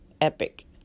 Epic